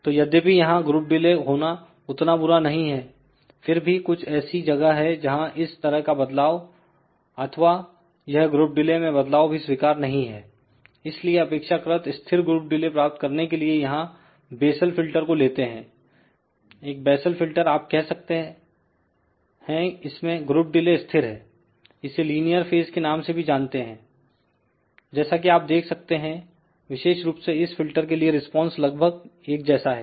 तो यद्यपि यहां ग्रुप डिले होना उतना बुरा नहीं है फिर भी कुछ ऐसी जगह है जहां इस तरह का बदलाव अथवा यह ग्रुप डिले में बदलाव भी स्वीकार नहीं है इसलिए अपेक्षाकृत स्थिर ग्रुप डिले प्राप्त करने के लिए यहां बेसल फिल्टर को लेते हैं एक बेसल फिल्टर आप कह सकते इसमें ग्रुप डिले स्थिर है इसे लीनियर फेज के नाम से भी जानते हैं जैसा कि आप देख सकते हैं विशेष रूप से इस फिल्टर के लिए रिस्पांस लगभग एक जैसा है